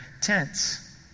tents